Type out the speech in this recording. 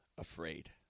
afraid